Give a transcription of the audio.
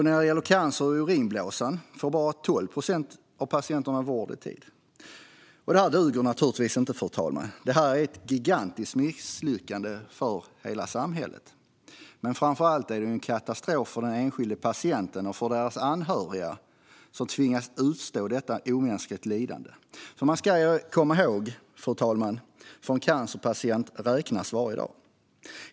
När det gäller cancer i urinblåsan får bara 12 procent av patienterna vård i tid. Detta duger naturligtvis inte, fru talman. Detta är ett gigantiskt misslyckande för hela samhället. Men framför allt är det en katastrof för den enskilda patienten och för patientens anhöriga som tvingas utstå detta omänskliga lidande. Man ska nämligen komma ihåg att för en cancerpatient räknas varje dag.